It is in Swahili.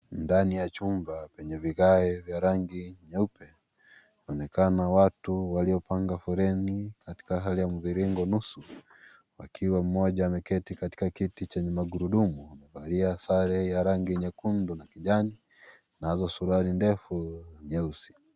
Ndani ya chumba penye vigai vya rangi nyeupe, kunaonekana watu waliopanga foleni katika hali ya mviringo nusu, wakiwa mmoja ameketi katika kiti chenye magurudumu kavalia sare ya rangi nyekundu na kijani nazo suruali ndefu nyeusi.